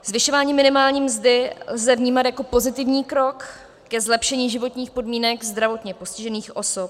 Zvyšování minimální mzdy lze vnímat jako pozitivní krok k zlepšení životních podmínek zdravotně postižených osob.